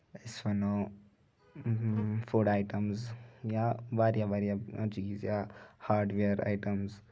أسۍ وَنو food items یا واریاہ واریاہ چیٖز یا ہاڑوِیر ایٹَمٕز